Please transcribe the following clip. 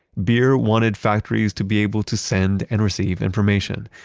beer wanted factories to be able to send and receive information.